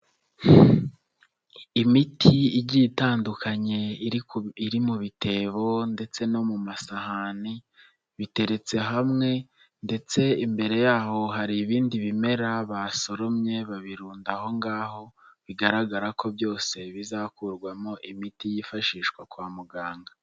Imiti igiye itandukanye iri mu bitebo ndetse no mu masahani, biteretse hamwe ndetse imbere yaho hari ibindi bimera basoromye babirunda aho ngaho, bigaragara ko byose bizakurwamo imiti yifashishwa kwa muganga.